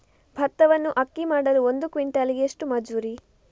ಭತ್ತವನ್ನು ಅಕ್ಕಿ ಮಾಡಲು ಒಂದು ಕ್ವಿಂಟಾಲಿಗೆ ಎಷ್ಟು ಮಜೂರಿ?